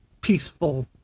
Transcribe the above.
peaceful